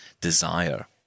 desire